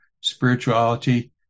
spirituality